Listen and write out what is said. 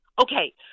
okay